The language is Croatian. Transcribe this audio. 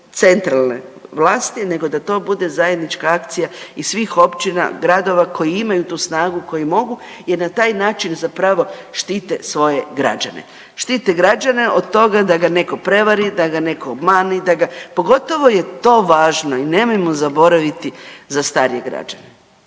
centralne vlasti nego da to bude zajednička akcija i svih općina, gradova koji imaju tu snagu, koji mogu jer na taj način zapravo štite svoje građane. Štite građane od toga da ga neko prevari, da ga neko obmani, pogotovo je to važno i nemojmo zaboraviti za starije građane.